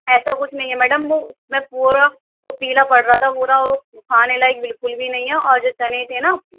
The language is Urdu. ایسا کچھ نہیں ہے میڈیم وہ میں پورا وہ پیلا پڑ رہا تھا پورا وہ کھانے لائق بالکل بھی نہیں ہے اور جو چنّے تھے نہ